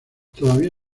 todavía